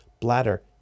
bladder